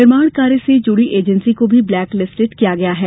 निर्माण कार्य से जुड़ी एजेंसी को भी ब्लेक लिस्टेड किया गया है